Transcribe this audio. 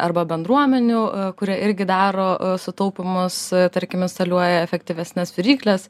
arba bendruomenių kurie irgi daro sutaupymus tarkim instaliuoja efektyvesnes virykles